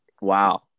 Wow